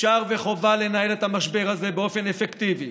אפשר וחובה לנהל את המשבר הזה באופן אפקטיבי,